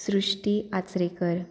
Srushti Achrekar